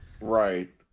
Right